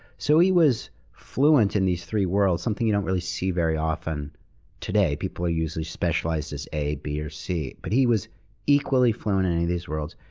so he was fluent in these three worlds, something you don't really see very often today. people are usually specialized as a, b or c. but he was equally fluent in any of these worlds,